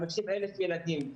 50,000 ילדים.